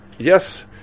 Yes